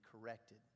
corrected